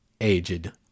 aged